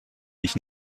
mich